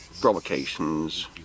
provocations